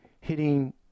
hitting